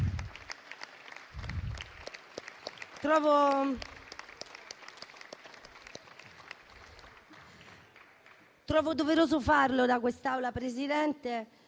Trovo doveroso farlo in quest'Aula, Presidente,